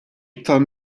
iktar